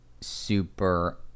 super